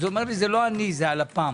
אומר: זה לא אני זה הלפ"ם.